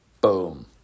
Boom